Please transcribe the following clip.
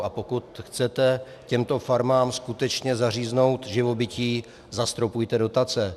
A pokud chcete těmto farmám skutečně zaříznout živobytí, zastropujte dotace.